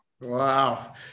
Wow